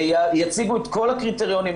יציגו את כל הקריטריונים,